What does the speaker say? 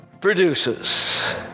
produces